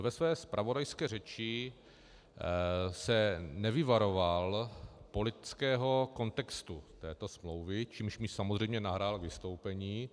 Ve své zpravodajské řeči se nevyvaroval politického kontextu této smlouvy, čímž mi samozřejmě nahrál k vystoupení.